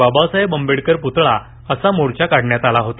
बाबासाहेब आंबेडकर पुतळा असा मोर्चा काढण्यात आला होता